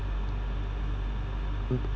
mm